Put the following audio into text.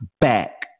back